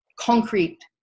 concrete